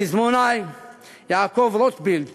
הפזמונאי יעקב רוטבליט